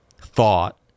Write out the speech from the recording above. thought